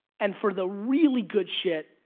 and for the really good shit,